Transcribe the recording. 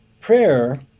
prayer